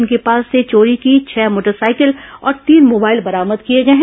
इनके पास से चोरी की छह मोटर साइकिल और तीन मोबाइल बरामद किए गए हैं